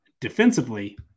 Defensively